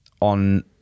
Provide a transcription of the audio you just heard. on